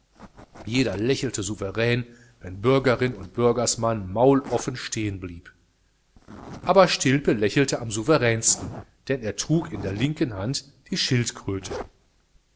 jeder lächelte souverän wenn bürgerin und bürgersmann mauloffen stehen blieb aber stilpe lächelte am souveränsten denn er trug in der linken hand die schildkröte